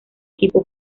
equipo